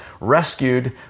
rescued